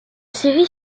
séries